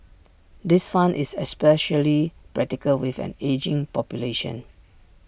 this fund is especially practical with an ageing population